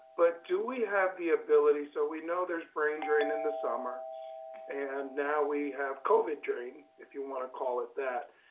but do we have the ability so we know there's brain drain in the summer and now we have covid drain, if you wanna call it that,